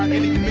um any